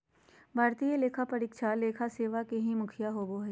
भारतीय लेखा परीक्षा और लेखा सेवा के भी मुखिया होबो हइ